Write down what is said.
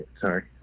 sorry